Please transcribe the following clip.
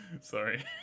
sorry